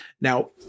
Now